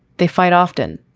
they fight often.